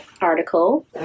article